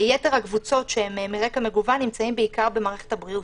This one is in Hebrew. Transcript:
יתר הקבוצות שהן מרקע מגוון נמצאות בעיקר במערכת הבריאות.